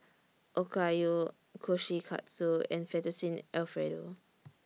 Okayu Kushikatsu and Fettuccine Alfredo